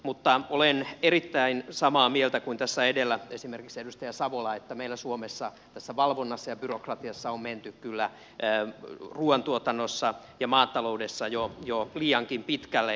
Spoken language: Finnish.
mutta olen erittäin paljon samaa mieltä kuin esimerkiksi edellä edustaja savola että meillä suomessa ruuantuotannon ja maatalouden valvonnassa ja byrokratiassa on menty kyllä jää ruuan tuotannossa ja maataloudessa joo jo liiankin pitkälle